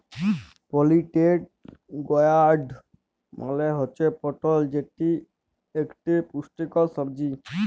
পলিটেড gourd মালে হুচ্যে পটল যেটি ইকটি পুষ্টিকর সবজি